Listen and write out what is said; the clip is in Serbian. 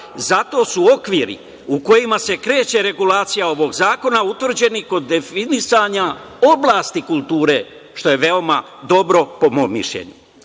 zato su okviri u kojima se kreće regulacija ovog zakona utvrđeni kod definisanja oblasti kulture, što je veoma dobro, po mom mišljenju. Zato